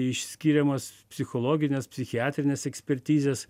išskiriamos psichologinės psichiatrinės ekspertizės